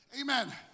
Amen